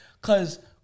Cause